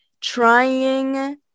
trying